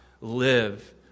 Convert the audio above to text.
live